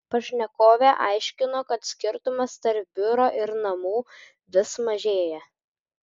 pašnekovė aiškino kad skirtumas tarp biuro ir namų vis mažėja